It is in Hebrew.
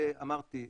אמרתי,